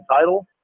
title